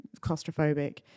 claustrophobic